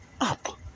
up